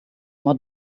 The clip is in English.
more